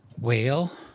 Whale